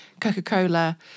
Coca-Cola